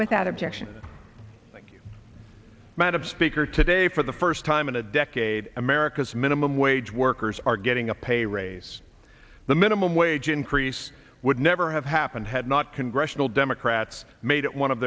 without objection thank you madam speaker today for the first time in a decade america's minimum wage workers are getting a pay raise the minimum wage increase would never have happened had not congressional democrats made it one of